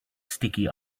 sticky